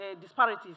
disparities